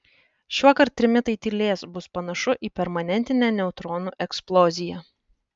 šiuokart trimitai tylės bus panašu į permanentinę neutronų eksploziją